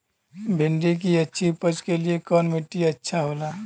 भिंडी की अच्छी उपज के लिए कवन मिट्टी अच्छा होला?